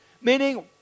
Meaning